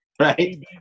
Right